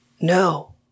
No